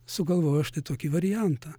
sugalvojo štai tokį variantą